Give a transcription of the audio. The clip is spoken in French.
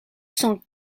cent